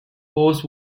post